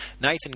Nathan